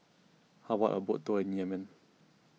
how about a boat tour in Yemen